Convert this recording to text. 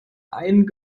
einen